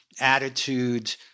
attitude